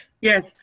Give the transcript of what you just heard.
Yes